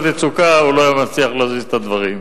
יצוקה" הוא לא היה מצליח להזיז את הדברים.